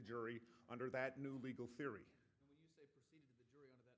jury under that new legal theory th